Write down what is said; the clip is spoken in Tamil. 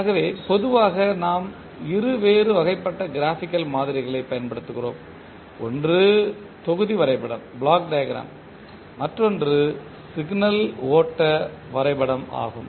ஆகவே பொதுவாக நாம் இரு வேறு வகைப்பட்ட க்ராபிக்கல் மாதிரிகளை பயன்படுத்துகிறோம் ஒன்று தொகுதி வரைபடம் மற்றொன்று சிக்னல் ஓட்ட வரைபடம் ஆகும்